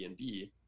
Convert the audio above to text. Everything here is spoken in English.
Airbnb